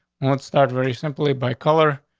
won't start very simply by color.